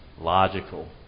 logical